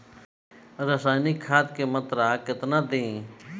रसायनिक खाद के मात्रा केतना दी?